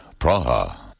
Praha